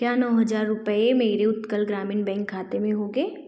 क्या नौ हज़ार रुपये मेरे उत्कल ग्रामीण बैंक खाते में होंगे